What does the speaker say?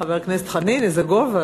חבר הכנסת חנין, איזה גובה.